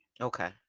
Okay